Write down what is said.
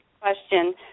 question